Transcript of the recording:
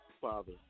father